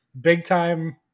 big-time